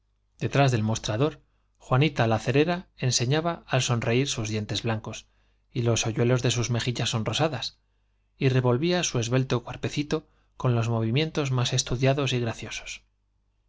detrás del mostrador juanita la cerera ense ñaba al sonreir sus dientes blancos y los hoyuelos de sus mejillas sonrosadas y revolvía su esbelto cuerpe cito con los movimientos más estudiados y graciosos